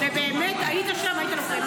ובאמת היית שם, היית לוחם.